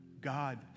God